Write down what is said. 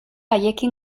haiekin